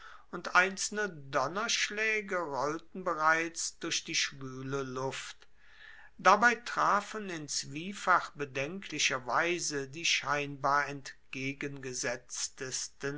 und einzelne donnerschlaege rollten bereits durch die schwuele luft dabei trafen in zwiefach bedenklicher weise die scheinbar entgegengesetztesten